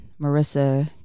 Marissa